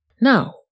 Now